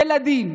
ילדים,